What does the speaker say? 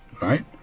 right